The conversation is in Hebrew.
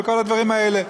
וכל הדברים האלה.